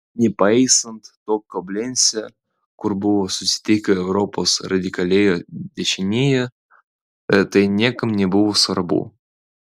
nepaisant to koblence kur buvo susitikę europos radikalieji dešinieji tai niekam nebuvo svarbu